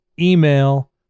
email